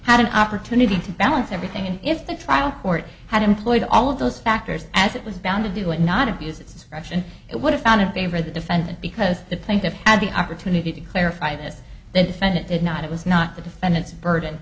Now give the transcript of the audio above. had an opportunity to balance everything and if the trial court had employed all of those factors as it was bound to do and not abuse its fraction it would have found in favor of the defendant because the think that had the opportunity to clarify this the defendant did not it was not the defendant's burden